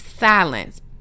silence